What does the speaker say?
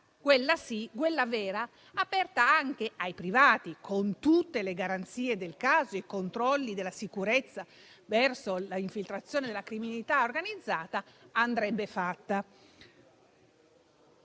la gara, quella vera, aperta anche ai privati, con tutte le garanzie del caso e i controlli di sicurezza per evitare le infiltrazioni della criminalità organizzata, andrebbe fatta.